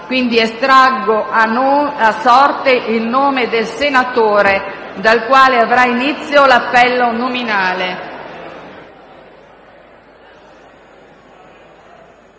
Estraggo ora a sorte il nome del senatore dal quale avrà inizio l'appello nominale.